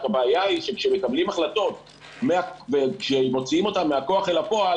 רק הבעיה היא שכאשר מקבלים החלטות ומוציאים אותן מהכוח אל הפועל